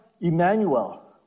Emmanuel